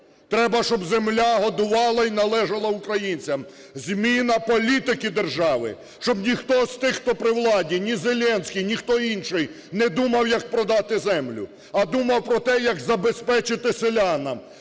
треба, щоб земля годувала і належала українцям. Зміна політики держави, щоб ніхто з тих, хто при владі: ні Зеленський, ніхто інший, – не думав, як продати землю, а думав про те, як забезпечити селянам